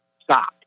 stop